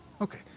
Okay